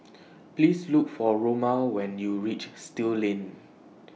Please Look For Roma when YOU REACH Still Lane